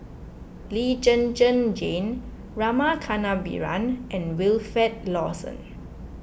Lee Zhen Zhen Jane Rama Kannabiran and Wilfed Lawson